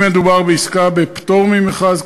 אם מדובר בעסקה בפטור ממכרז,